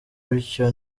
bityo